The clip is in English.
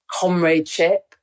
comradeship